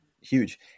huge